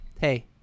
hey